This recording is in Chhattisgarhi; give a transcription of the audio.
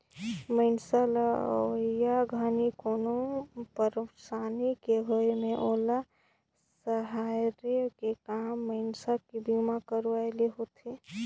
मइनसे ल अवइया घरी कोनो भी परसानी के होये मे ओला सम्हारे के काम मइनसे के बीमा करवाये ले होथे